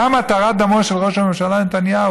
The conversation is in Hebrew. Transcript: גם התרת דמו של ראש הממשלה נתניהו,